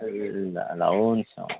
ए ल ल हुन्छ